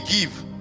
give